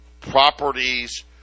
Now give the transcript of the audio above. properties